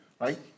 right